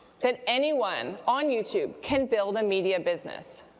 that anyone on youtube can build a media business.